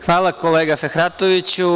Hvala, kolega Fehratoviću.